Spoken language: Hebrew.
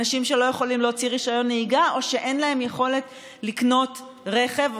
אנשים שלא יכולים להוציא רישיון נהיגה או שאין להם יכולת לקנות רכב,